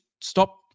stop